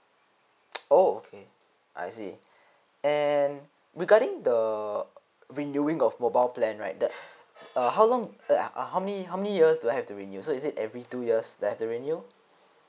oh okay I see and regarding the renewing of mobile plan right that uh how long uh how many how many years do I have to renew so is it every two years I have to renew